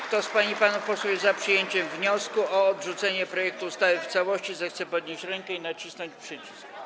Kto z pań i panów posłów jest za przyjęciem wniosku o odrzucenie projektu ustawy w całości, zechce podnieść rękę i nacisnąć przycisk.